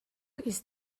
ist